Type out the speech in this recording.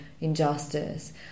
injustice